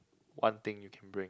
one thing you can bring